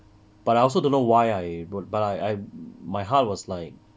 but I also don't know I wou~ but I my heart was like